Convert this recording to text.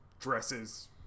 dresses